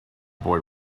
boy